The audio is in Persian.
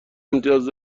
امتیاز